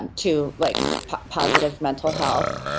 and to like positive mental health,